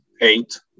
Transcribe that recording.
eight